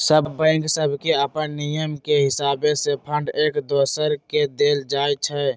सभ बैंक सभके अप्पन नियम के हिसावे से फंड एक दोसर के देल जाइ छइ